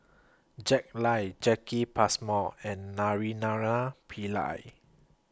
Jack Lai Jacki Passmore and Naraina Pillai